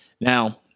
Now